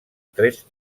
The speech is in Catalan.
tres